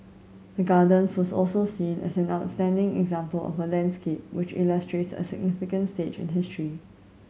the Gardens was also seen as an outstanding example of a landscape which illustrates a significant stage in history